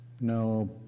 No